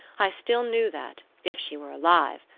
i still knew that, if she were alive,